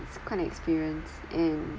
it's quite an experience and